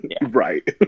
Right